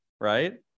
right